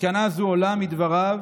מסקנה זו עולה מדבריו